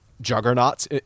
juggernauts